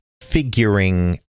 figuring